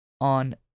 on